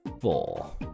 four